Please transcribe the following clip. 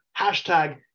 Hashtag